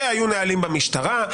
שהיו נהלים במשטרה,